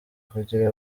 kugira